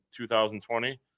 2020